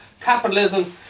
Capitalism